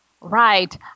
Right